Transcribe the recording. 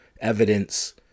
Evidence